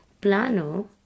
plano